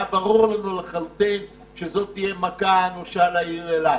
היה ברור לנו לחלוטין שזו תהיה מכה אנושה לעיר אילת.